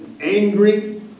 angry